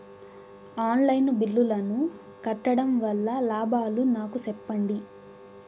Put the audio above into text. On line బిల్లుల ను కట్టడం వల్ల లాభాలు నాకు సెప్పండి?